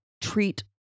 treat